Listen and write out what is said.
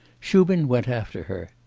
shubin went after her.